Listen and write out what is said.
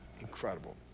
Incredible